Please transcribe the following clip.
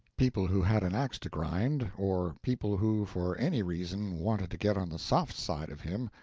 people who had an ax to grind, or people who for any reason wanted to get on the soft side of him,